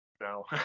no